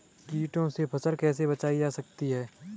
कीटों से फसल को कैसे बचाया जा सकता है?